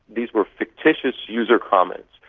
these were fictitious user comments.